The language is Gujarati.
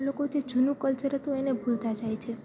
લોકો જે જૂનું કલ્ચર હતું એને ભૂલતા જાય છે